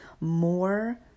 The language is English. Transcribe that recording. more